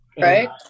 Right